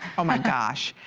oh my gosh.